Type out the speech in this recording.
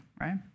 right